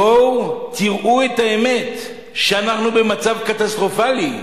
בואו תראו את האמת, אנחנו במצב קטסטרופלי.